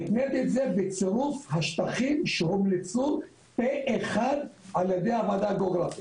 בצירוף השטחים שהומלצו פה אחד על ידי הוועדה הגיאוגרפית.